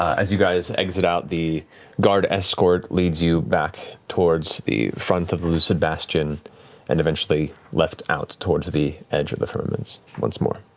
as you guys exit out, the guard escort leads you back towards the front of the lucid bastion and eventually left out towards the edge of the firmaments once more.